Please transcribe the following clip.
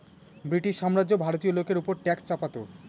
British সাম্রাজ্য ভারতীয় লোকের ওপর ট্যাক্স চাপাতো